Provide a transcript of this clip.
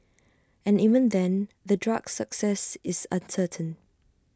and even then the drug's success is uncertain